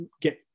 get